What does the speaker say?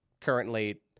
currently